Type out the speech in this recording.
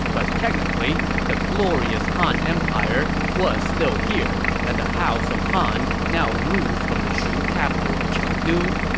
but technically, the glorious han empire was still here, and the house of han now rules from the shu capital of chengdu.